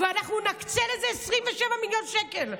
ואנחנו נקצה לזה 27 מיליון שקל,